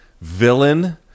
villain